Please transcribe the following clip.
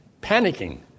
panicking